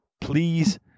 Please